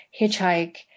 Hitchhike